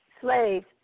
slaves